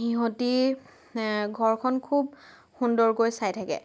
সিহঁতে ঘৰখন খুব সুন্দৰকৈ চাই থাকে